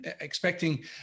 expecting